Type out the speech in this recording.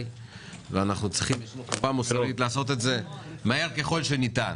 יש לנו חובה מוסרית לעשות את זה מהר ככל שניתן.